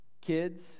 Kids